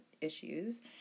issues